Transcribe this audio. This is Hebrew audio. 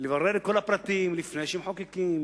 לברר את כל הפרטים לפני שמחוקקים